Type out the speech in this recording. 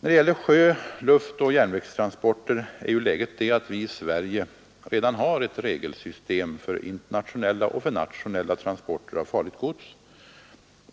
När det gäller sjö-, luftoch järnvägstransporter är ju läget det att vi i Sverige redan har ett regelsystem för internationella och nationella transporter av farligt gods.